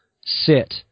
sit